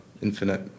infinite